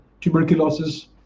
tuberculosis